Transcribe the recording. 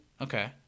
Okay